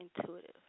intuitive